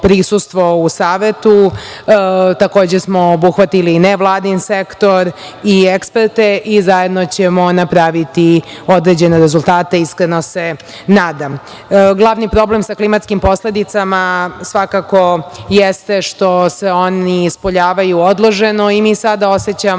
prisustvo u savetu. Takođe smo obuhvatili i nevladin sektor i eksperte i zajedno ćemo napraviti određene rezultate, iskreno se nadam. Glavni problem sa klimatskim posledicama svakako jeste što se oni ispoljavaju odloženo i mi sada osećamo